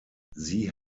sie